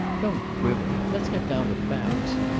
don't quibble. let's get down to facts.